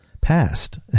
past